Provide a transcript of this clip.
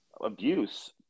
abuse